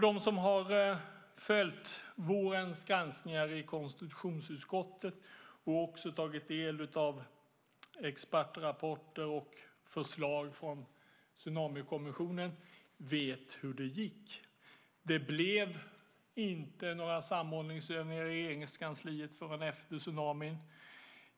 De som har följt vårens granskningar i konstitutionsutskottet och också tagit del av expertrapporter och förslag från Tsunamikommissionen vet hur det gick. Det blev inte några samordningsövningar i Regeringskansliet förrän efter tsunamin.